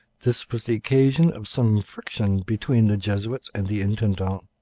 this was the occasion of some friction between the jesuits and the intendant.